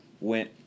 went